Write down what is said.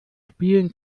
spielen